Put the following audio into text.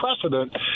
precedent